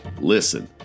Listen